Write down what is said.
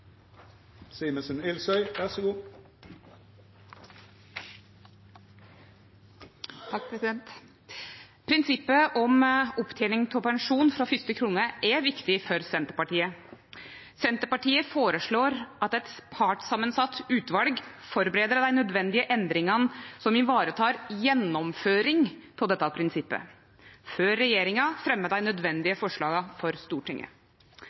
viktig for Senterpartiet. Senterpartiet føreslår at eit partssamansett utval førebur dei nødvendige endringane som varetek gjennomføring av dette prinsippet, før regjeringa fremjar dei nødvendige forslaga for Stortinget.